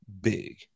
big